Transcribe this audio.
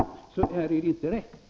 Hans resonemang håller alltså inte.